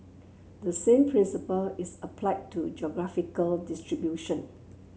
the same principle is applied to geographical distribution